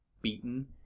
beaten